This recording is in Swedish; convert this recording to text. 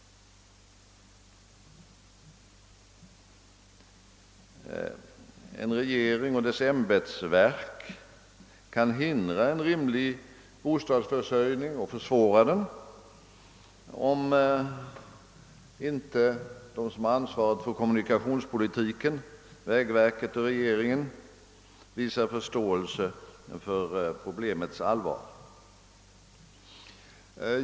En regering och dess ämbetsverk kan hindra en rimlig bostadsförsörjning och försvåra den, om inte de som har ansvaret för kommunikationspolitiken — vägverket och regeringen — visar förståelse för problemets allvar.